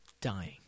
dying